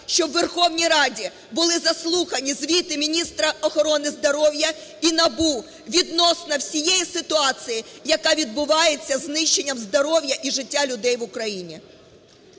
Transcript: щоб у Верховній Раді були заслухані звіти міністра охорони здоров'я і НАБУ відносно всієї ситуації, яка відбувається із знищенням здоров'я і життя людей в Україні.